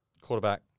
Quarterback